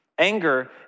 Anger